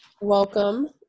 Welcome